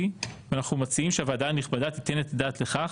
ואנחנו מציעים שהוועדה הנכבדה תיתן את הדעת לכך,